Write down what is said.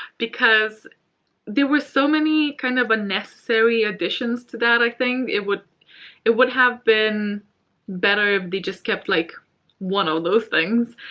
because there were so many kind of unnecessary additions to that, i think. it would it would have been better if they just kept like one of those things